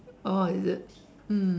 oh is it